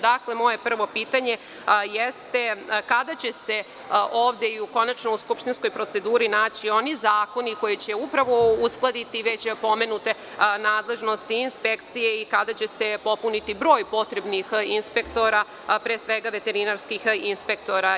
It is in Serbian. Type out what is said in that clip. Dakle, moje prvo pitanje jeste – kada će se ovde konačno u skupštinskoj proceduri naći oni zakoni koji će upravo uskladiti već pomenute nadležnosti inspekcije i kada će se popuniti broj potrebnih inspektora, pre svega veterinarskih inspektora?